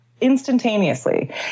instantaneously